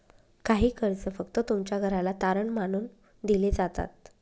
काही कर्ज फक्त तुमच्या घराला तारण मानून दिले जातात